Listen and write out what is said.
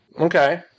Okay